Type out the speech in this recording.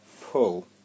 pull